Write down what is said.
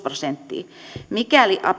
prosenttia mikäli